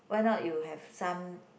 why not you have some